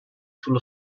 sullo